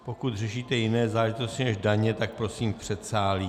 Pokud řešíte jiné záležitosti než daně, tak prosím v předsálí.